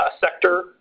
sector